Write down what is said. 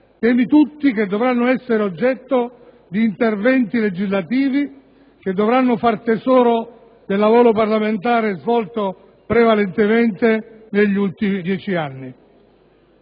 tutti temi che dovranno essere oggetto di interventi legislativi, facendo tesoro del lavoro parlamentare svolto prevalentemente negli ultimi dieci anni: